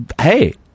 Hey